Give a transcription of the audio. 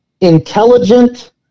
intelligent